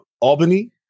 Albany